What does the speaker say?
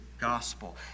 gospel